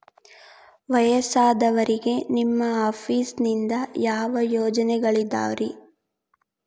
ವಯಸ್ಸಾದವರಿಗೆ ನಿಮ್ಮ ಆಫೇಸ್ ನಿಂದ ಯಾವ ಯೋಜನೆಗಳಿದಾವ್ರಿ?